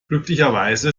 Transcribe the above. glücklicherweise